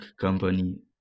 company